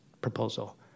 proposal